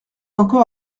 encore